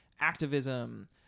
activism